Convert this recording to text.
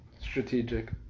strategic